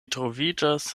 troviĝas